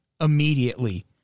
immediately